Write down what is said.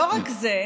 לא רק זה,